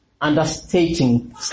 understating